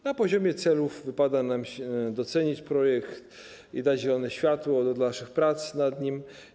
Na poziomie celów wypada nam docenić projekt i dać zielone światło do dalszych prac nad nim.